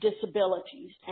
disabilities